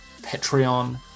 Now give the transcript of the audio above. Patreon